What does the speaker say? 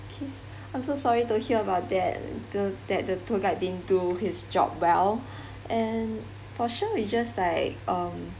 I'm so sorry to hear about that the that the tour guide didn't do his job well and for sure we just like um